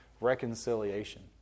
reconciliation